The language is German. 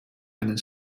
eine